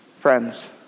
Friends